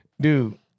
Dude